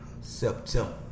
September